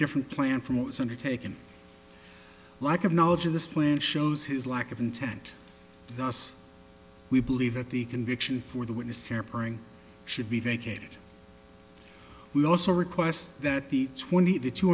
different plan for most undertaken lack of knowledge of this plan shows his lack of intent thus we believe that the conviction for the witness tampering should be vacated we also request that the tw